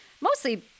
mostly